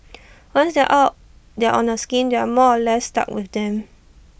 once they're are they're on A scheme they are more or less stuck with them